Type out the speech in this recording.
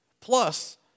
Plus